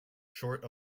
short